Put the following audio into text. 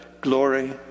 glory